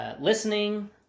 Listening